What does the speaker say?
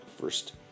first